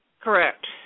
Correct